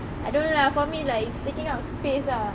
I don't know lah for me like it's taking up space ah